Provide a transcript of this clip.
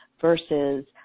versus